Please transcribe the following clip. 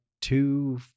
two